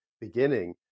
beginning